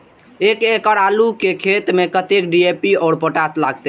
एक एकड़ आलू के खेत में कतेक डी.ए.पी और पोटाश लागते?